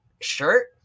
shirt